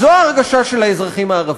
אז זו ההרגשה של האזרחים הערבים,